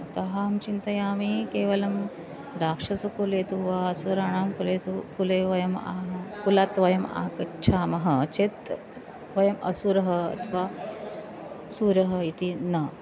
अतः अहं चिन्तयामि केवलं राक्षसकुले तु वा असुराणां कुले तु कुले वयम् आह् कुलात् वयम् आगच्छामः चेत् वयम् असुरः अथवा सुरः इति न